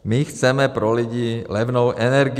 My chceme pro lidi levnou energii.